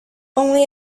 only